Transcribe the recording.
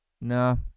No